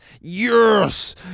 Yes